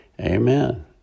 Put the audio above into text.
Amen